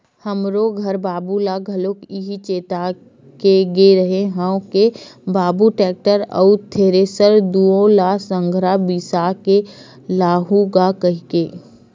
हमरो घर बाबू ल घलोक इहीं चेता के गे रेहे हंव के बाबू टेक्टर अउ थेरेसर दुनो ल संघरा बिसा के लाहूँ गा कहिके